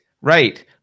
right